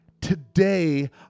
today